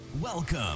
Welcome